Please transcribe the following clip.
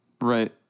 right